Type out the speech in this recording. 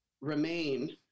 remain